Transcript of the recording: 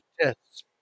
tests